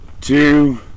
two